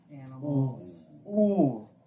Animals